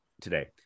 today